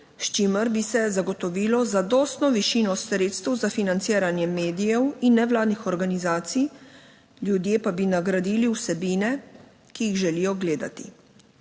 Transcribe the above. s čimer bi se zagotovilo zadostno višino sredstev za financiranje medijev in nevladnih organizacij, ljudje pa bi nagradili vsebine, ki jih želijo gledati.